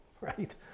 right